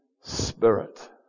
spirit